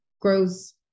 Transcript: grows